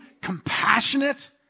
compassionate